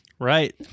Right